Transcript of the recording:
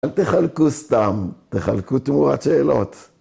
אל תחלקו סתם. תחלקו תמורת שאלות.